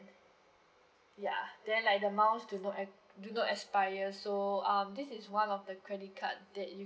ya then like the miles do not ex~ do not expire so um this is one of the credit card that you